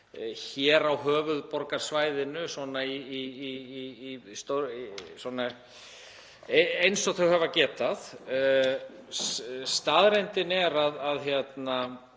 hér á höfuðborgarsvæðinu eins og þau hafa getað. Staðreyndin er að